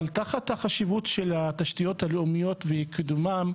אבל תחת החשיבות של התשתיות הלאומיות וקידומם,